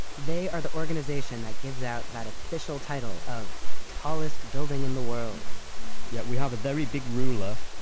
they are the organization that gives out that official title of tallest building in the world yeah we have a very big ruler,